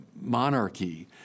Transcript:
monarchy